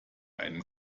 einen